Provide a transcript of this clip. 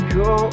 go